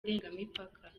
ndengamipaka